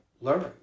learn